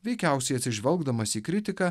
veikiausiai atsižvelgdamas į kritiką